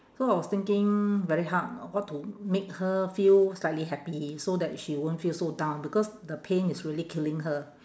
so I was thinking very hard what to make her feel slightly happy so that she won't feel so down because the pain is really killing her